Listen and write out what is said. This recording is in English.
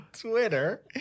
Twitter